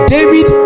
David